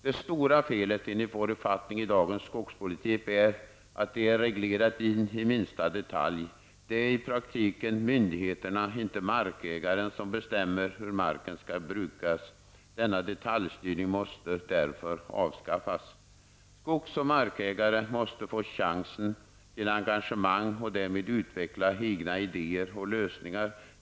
Det stora felet enligt vår uppfattning i dagens skogspolitik är att den är reglerad in i minsta detalj. Det är i praktiken myndigheterna, inte markägarna, som bestämmer hur marken skall brukas. Denna detaljstyrning måste därför avskaffas. Skogs och markägare måste få chansen till engagemang och därmed utveckla egna idéer och lösningar.